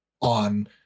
on